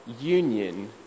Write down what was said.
union